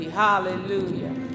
Hallelujah